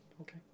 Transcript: Okay